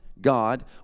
God